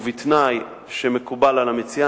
ובתנאי שמקובל על המציעה,